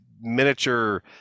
miniature